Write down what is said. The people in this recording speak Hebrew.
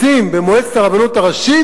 לשים במועצת הרבנות הראשית,